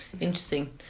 Interesting